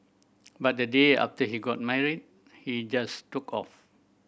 but the day after he got married he just took off